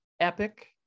epic